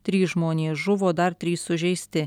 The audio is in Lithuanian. trys žmonės žuvo dar trys sužeisti